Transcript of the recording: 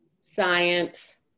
science